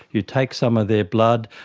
you take some of their blood,